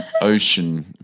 Ocean